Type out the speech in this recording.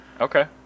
Okay